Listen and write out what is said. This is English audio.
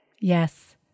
Yes